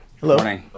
Hello